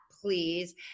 please